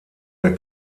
der